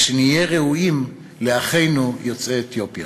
ושנהיה ראויים לאחינו יוצאי אתיופיה.